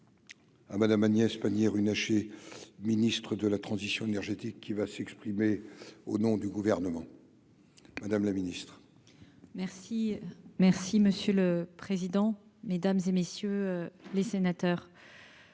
Ah Madame Agnès Pannier Runacher ministre de la transition énergétique qui va s'exprimer au nom du gouvernement, Madame la Ministre. Merci, merci, monsieur le président, Mesdames et messieurs les sénateurs.